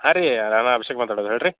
ಹಾಂ ರೀ ನಾನೆ ಅಭಿಷೇಕ್ ಮಾತಾಡುದು ಹೇಳಿರಿ